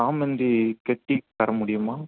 சாமந்தி கெட்டி தர முடியுமா